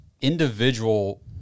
individual